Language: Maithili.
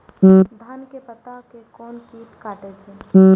धान के पत्ता के कोन कीट कटे छे?